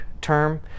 term